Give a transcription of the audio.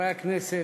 חברי הכנסת,